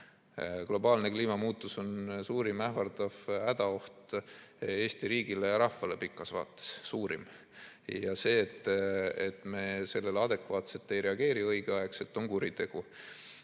Globaalne kliimamuutus on suurim ähvardav hädaoht Eesti riigile ja rahvale pikas vaates. See on suurim oht. Ja see, et me sellele adekvaatselt ja õigel ajal ei reageeri, on kuritegu.